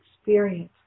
experience